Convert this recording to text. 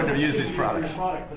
use this problem